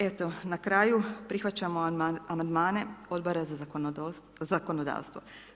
Eto, na kraju prihvaćamo amandmane Odbora za zakonodavstvo.